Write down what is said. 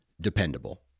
dependable